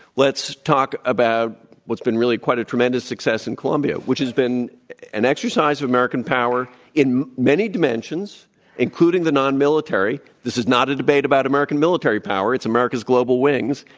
let's talk about what's been really quite a tremendous success in columbia which has been an exercise of american power in many dimensions including the nonmilitary, this is not a debate about american military power, it's america's global wings,